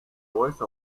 voice